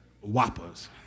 whoppers